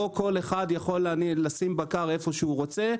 לא כל אחד יכול לשים בקר איפה שהוא רוצה.